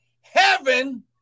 heaven